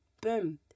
boom